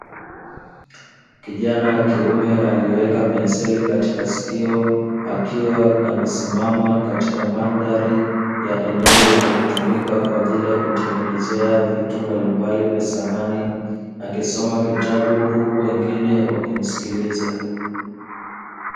Kijana wa kiume aliyeweka penseli katika sikio akiwa amesimama katika mandhari ya eneo linalotumika kwaajili ya kutengenezea vitu mbalimbali vya thamani, akisoma kitabu huku wengine wakimsikiliza.